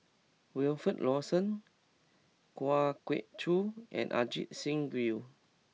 Wilfed Lawson Kwa Geok Choo and Ajit Singh Gill